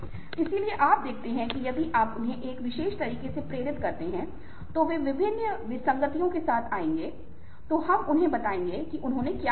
इसलिए आप देखते हैं कि यदि आप उन्हें एक विशेष तरीके से प्रेरित करते हैं तो वे विभिन्न विसंगतियों के साथ आएंगे तो हम उन्हें बताएंगे कि उन्होंने क्या देखा था